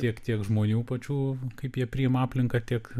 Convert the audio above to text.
tiek tiek žmonių pačių kaip jie priima aplinką tiek